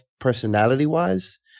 personality-wise